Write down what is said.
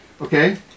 Okay